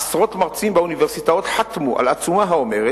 עשרות מרצים באוניברסיטאות חתמו על עצומה האומרת